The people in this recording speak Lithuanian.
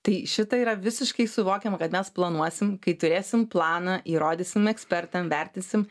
tai šita yra visiškai suvokiama kad mes planuosim kai turėsim planą įrodysim ekspertam vertinsim